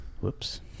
whoops